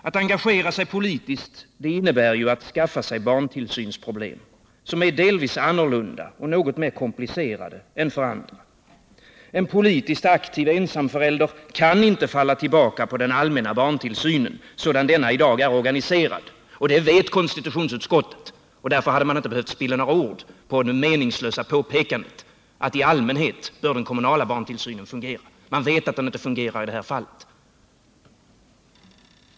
Att engagera sig politiskt innebär att skaffa sig barntillsynsproblem, som är delvis annorlunda och mer komplicerade. En politiskt aktiv ensamförälder kan inte falla tillbaka på den allmänna barntillsynen, sådan denna i dag är organiserad. Och det vet konstitutionsutskottet, varför man inte behövt spilla ord på det meningslösa påpekandet att den kommunala barntillsynen i allmänhet bör fungera. Man vet att den inte fungerar i det här fallet.